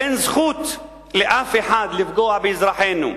אין זכות לאף אחד לפגוע באזרחינו.